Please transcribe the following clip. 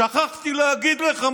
שכחתי להגיד לך,